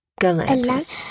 Galantis